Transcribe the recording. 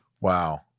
wow